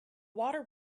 water